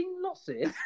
losses